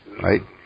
right